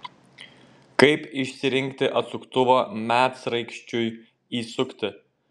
kaip išsirinkti atsuktuvą medsraigčiui įsukti